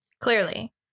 Clearly